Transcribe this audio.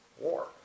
war